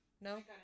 No